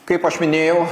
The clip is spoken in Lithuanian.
kaip aš minėjau